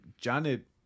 janet